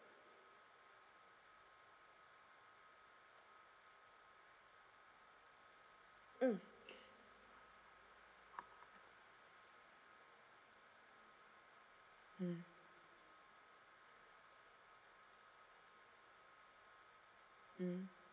mm mm mm